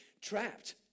trapped